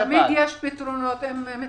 תמיד יש פתרונות, אם מתכוונים.